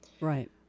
Right